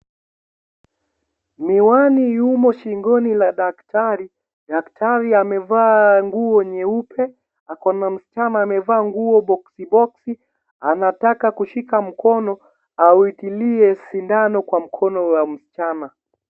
Miwani yumo shingoni la daktari, daktari amevaa nguo nyeupe ako na msichana amevaa nguo box box anataka kushika mkono auitilie sindano kwa mkono wa msichana.